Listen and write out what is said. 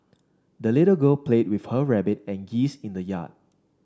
the little girl played with her rabbit and geese in the yard